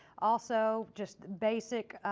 also, just basic